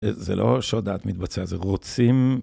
זה לא שעוד מעט זה מתבצע, זה רוצים...